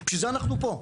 בשביל זה אנחנו פה.